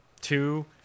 two